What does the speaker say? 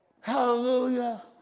Hallelujah